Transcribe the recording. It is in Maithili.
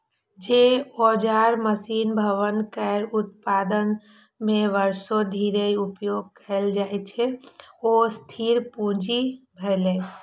जे औजार, मशीन, भवन केर उत्पादन मे वर्षों धरि उपयोग कैल जाइ छै, ओ स्थिर पूंजी भेलै